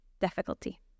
difficulty